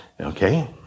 Okay